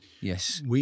Yes